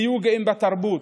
היו גאים בתרבות,